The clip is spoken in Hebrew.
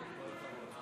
בבקשה.